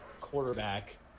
quarterback